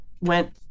went